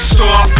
Stop